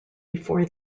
before